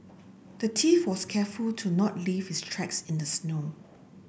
the thief was careful to not leave his tracks in the snow